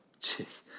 Jeez